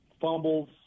Fumbles